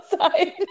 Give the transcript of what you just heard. outside